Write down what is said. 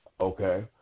Okay